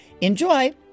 Enjoy